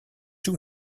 two